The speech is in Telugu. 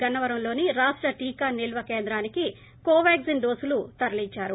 గన్నవరంలోని రాష్ట టీకా నిల్వ కేంద్రానికి కొవాగ్లిన్ డోసులను తరలించారు